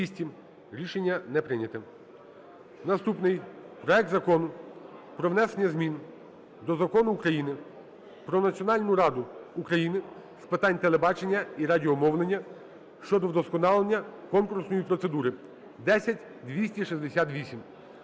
Рішення не прийнято. Наступний. Проект Закону про внесення змін до Закону України "Про Національну раду України з питань телебачення і радіомовлення" щодо вдосконалення конкурсної процедури (10268).